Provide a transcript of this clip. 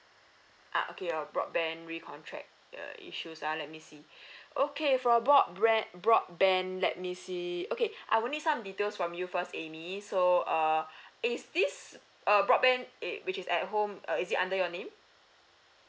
uh okay your broadband recontract the issues ah let me see okay for broadbre~ broadband let me see okay I will need some details from you first amy so err is this uh broadband it which is at home uh is it under your name